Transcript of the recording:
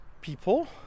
people